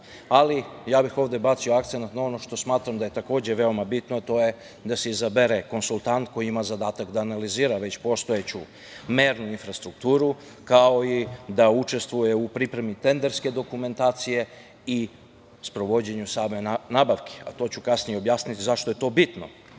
bih bacio akcenat na ono što smatram da je takođe veoma bitno, a to je da se izabere konsultant koji ima zadatak da analizira već postojeću mernu infrastrukturu, kao i da učestvuje u pripremi tenderske dokumentacije i sprovođenju same nabavke. Kasnije ću i objasniti zašto je to bitno. Sam